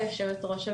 יושבת-ראש הוועדה,